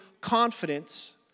confidence